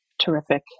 terrific